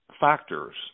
factors